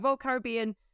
Caribbean